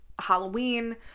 Halloween